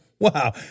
Wow